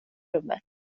rummet